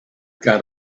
got